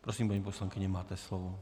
Prosím, paní poslankyně, máte slovo.